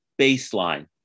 baseline